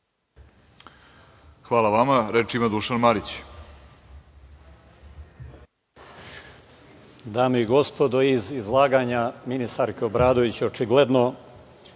Hvala vama. Reč ima Dušan Marić.